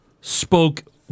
spoke